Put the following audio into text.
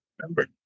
Remember